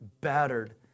battered